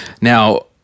Now